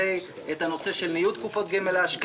טיפלנו בנושא של ניוד קופות גמל להשקעה.